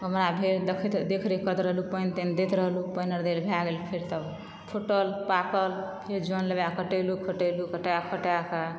गमहरा भेल देख रेख करैत रहलु पानि तानि दैत रहलु पानि अर देल भए गेल फेर तब फुटल पाकल फेर जन लगाएक कटैलु खटैलु कटा खटायक